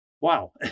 wow